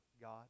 God